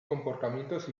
comportamientos